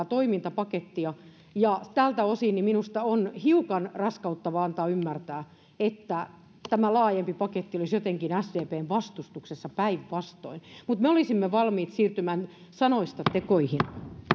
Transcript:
toimintapakettia ja tältä osin minusta on hiukan raskauttavaa antaa ymmärtää että tämä laajempi paketti olisi jotenkin sdpn vastustuksessa päinvastoin mutta me olisimme valmiit siirtymään sanoista tekoihin